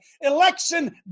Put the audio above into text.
Election